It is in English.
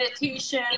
meditation